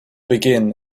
begin